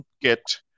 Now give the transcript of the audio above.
get